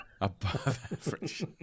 Above-average